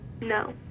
No